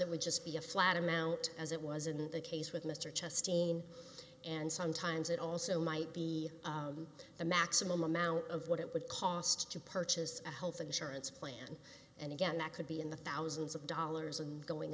it would just be a flat amount as it was in the case with mr chesty in and sometimes it also might be the maximum amount of what it would cost to purchase health insurance plan and again that could be in the thousands of dollars and going